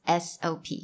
SOP